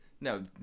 No